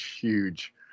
huge